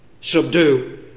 subdue